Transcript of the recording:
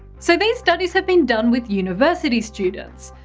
so these studies have been done with university students,